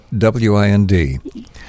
WIND